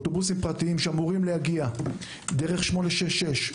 אוטובוסים פרטיים שאמורים להגיע דרך כביש 866,